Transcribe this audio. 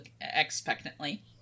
expectantly